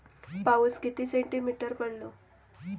पाऊस किती सेंटीमीटर पडलो?